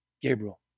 Gabriel